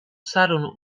sarunu